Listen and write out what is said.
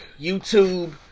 YouTube